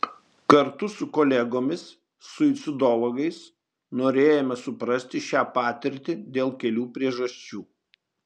kartu su kolegomis suicidologais norėjome suprasti šią patirtį dėl kelių priežasčių